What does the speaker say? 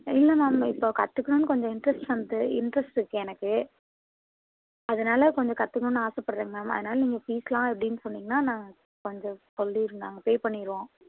இல்லை மேம் இப்போ கற்றுக்கணும்னு கொஞ்சம் இன்ட்ரெஸ்ட் வந்தது இன்ட்ரெஸ்ட் இருக்குது எனக்கு அதனால் கொஞ்சம் கற்றுக்கணும்னு ஆசைப்பட்றேங்க மேம் அதனால் நீங்கள் ஃபீஸ்லாம் எப்படின்னு சொன்னீங்கனா நான் கொஞ்சம் சொல்லிடு நாங்கள் பே பண்ணிடுவோம்